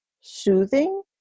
soothing